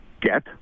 get